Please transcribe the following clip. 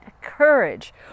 courage